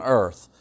earth